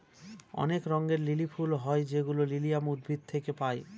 অনেক রঙের লিলি ফুল হয় যেগুলো লিলিয়াম উদ্ভিদ থেকে পায়